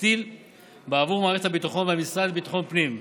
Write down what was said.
טקסטיל בעבור מערכת הביטחון והמשרד לביטחון פנים.